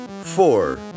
four